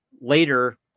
later